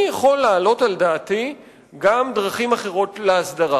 אני יכול להעלות על דעתי גם דרכים אחרות להסדרה.